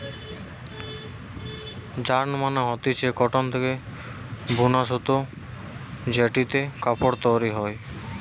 yarn মানে হতিছে cotton থেকে বুনা সুতো জেটিতে কাপড় তৈরী হয়